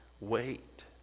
Wait